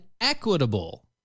equitable